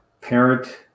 parent